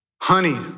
honey